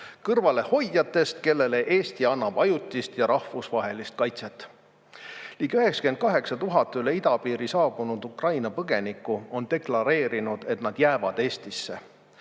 Kõrvalehoidjatest, kellele Eesti annab ajutist ja rahvusvahelist kaitset. Ligi 98 000 üle idapiiri saabunud Ukraina põgenikku on deklareerinud, et nad jäävad Eestisse.